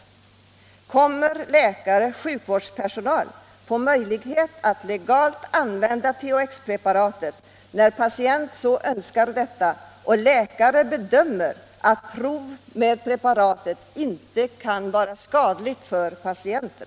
Kommer läkare och sjukvårdspersonal att få möjlighet att legalt Nr 36 använda THX-preparatet när en patient så önskar och läkare bedömer att prov med preparatet inte kan vara skadligt för patienten?